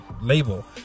label